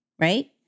right